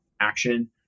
action